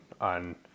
on